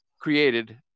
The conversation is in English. created